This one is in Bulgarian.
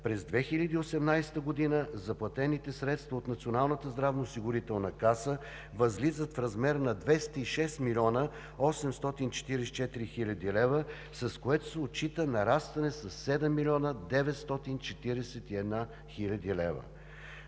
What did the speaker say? През 2018 г. заплатените средства от Националната здравноосигурителна каса възлизат в размер на 206 млн. 844 хил. лв., с което се отчита нарастване със 7 млн. 941 хил. лв.